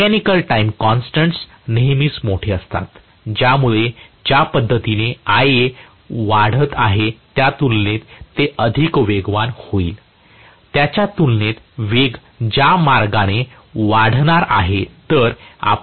mechanical time constants नेहमीच मोठे असतात ज्यामुळे ज्या पद्धतीने Iaवाढत आहे त्या तुलनेतते अधिक वेगवान होईल त्याच्या तुलनेत वेग ज्या मार्गाने वाढणार आहे